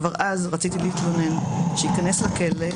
כבר אז רציתי להתלונן שייכנס לכלא,